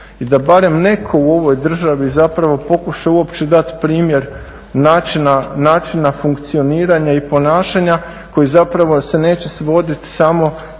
i da barem netko u ovoj državi zapravo pokuša uopće dati primjer načina funkcioniranja i ponašanja koji zapravo se neće svodit samo